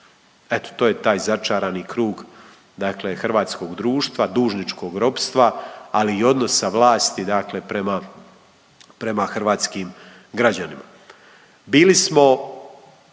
Eto, to je taj začarani krug dakle hrvatskog društva, dužničkog ropstva, ali i odnosa vlasti dakle prema hrvatskim građanima.